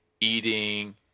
eating